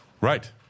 Right